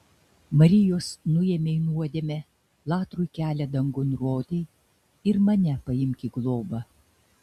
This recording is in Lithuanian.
marijos nuėmei nuodėmę latrui kelią dangun rodei ir mane paimk į globą